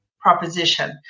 proposition